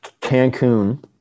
Cancun